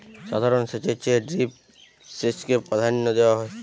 সাধারণ সেচের চেয়ে ড্রিপ সেচকে প্রাধান্য দেওয়া হয়